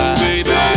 baby